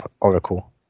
Oracle